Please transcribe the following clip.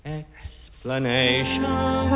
explanation